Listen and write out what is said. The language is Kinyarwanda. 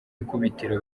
ikubitiro